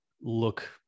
look